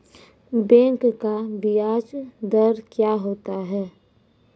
Bank का ब्याज दर क्या होता हैं?